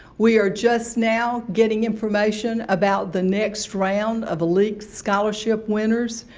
we are just now getting information about the next round of elite scholarship winners.